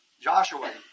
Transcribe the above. Joshua